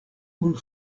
kun